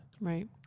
Right